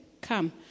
come